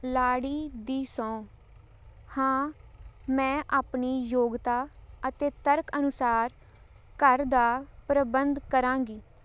ਲਾੜੀ ਦੀ ਸਹੁੰ ਹਾਂ ਮੈਂ ਆਪਣੀ ਯੋਗਤਾ ਅਤੇ ਤਰਕ ਅਨੁਸਾਰ ਘਰ ਦਾ ਪ੍ਰਬੰਧ ਕਰਾਂਗੀ